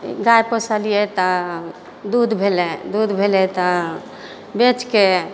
गाय पोसलियै तऽ दूध भेलै दूध भेलै तऽ बेचके